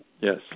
Yes